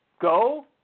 go